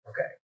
Okay